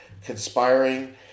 Conspiring